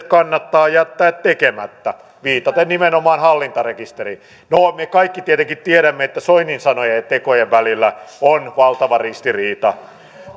kannattaa jättää tekemättä viitaten nimenomaan hallintarekisteriin no me kaikki tietenkin tiedämme että soinin sanojen ja tekojen välillä on valtava ristiriita